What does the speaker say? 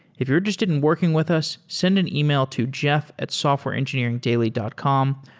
if you're interested in working with us, send an email to jeff at softwareengineeringdaily dot com.